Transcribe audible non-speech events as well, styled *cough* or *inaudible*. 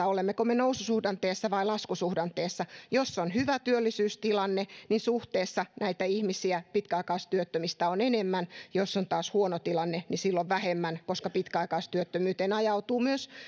*unintelligible* olemmeko me noususuhdanteessa vai laskusuhdanteessa jos on hyvä työllisyystilanne niin suhteessa näitä ihmisiä pitkäaikaistyöttömistä on enemmän jos on taas huono tilanne niin silloin vähemmän koska pitkäaikaistyöttömyyteen ajautuu myös